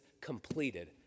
completed